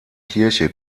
kirche